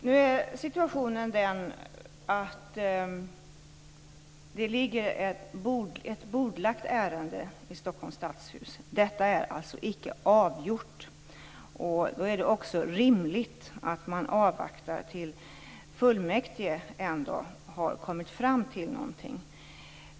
Herr talman! Nu är situationen den att det ligger ett bordlagt ärende i Stockholms stadshus. Det är alltså icke avgjort. Då är det också rimligt att man avvaktar till dess att fullmäktige har kommit fram till någonting.